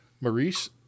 Maurice